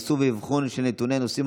מיסוי מקרקעין (שבח ורכישה) (תיקון מס' 9),